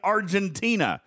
Argentina